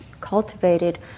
cultivated